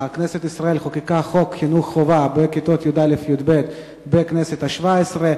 כנסת ישראל חוקקה חוק חינוך חובה בכיתות י"א י"ב בכנסת השבע-עשרה,